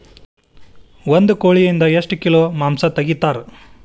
ಒಂದು ಕೋಳಿಯಿಂದ ಎಷ್ಟು ಕಿಲೋಗ್ರಾಂ ಮಾಂಸ ತೆಗಿತಾರ?